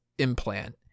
implant